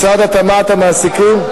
משרד התמ"ת, המעסיקים,